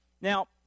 Now